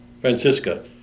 Francisca